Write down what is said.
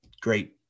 great